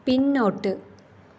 പിന്നോട്ട്